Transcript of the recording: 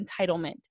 entitlement